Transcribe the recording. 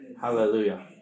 Hallelujah